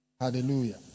Hallelujah